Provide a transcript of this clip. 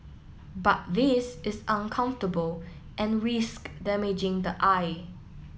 but this is uncomfortable and risks damaging the eye